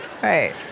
Right